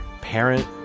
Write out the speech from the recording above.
parent